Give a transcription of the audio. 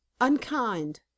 unkind